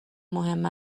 مهم